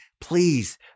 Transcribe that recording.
please